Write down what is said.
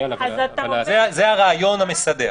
זה הרעיון המסדר.